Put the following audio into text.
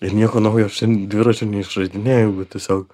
ir nieko naujo aš dviračio neišradinėjam va tiesiog